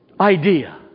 idea